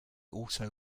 also